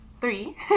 three